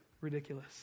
ridiculous